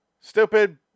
Stupid